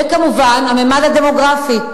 וכמובן, הממד הדמוגרפי.